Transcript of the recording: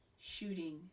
shooting